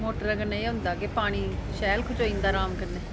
मोटरे कन्नै एह् होंदा कि पानी शैल खचोई जंदा अराम कन्नै